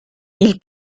ils